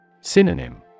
Synonym